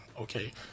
okay